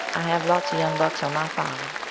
i have lots of young bucks on my farm.